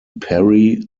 perry